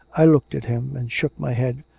i looked at him and shook my head,